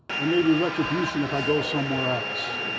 there may be retribution if i go somewhere else.